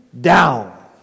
down